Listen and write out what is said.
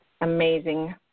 amazing